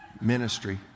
ministry